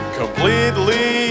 completely